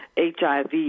HIV